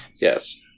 Yes